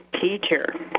teacher